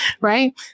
Right